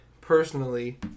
personally